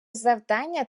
завдання